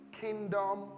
Kingdom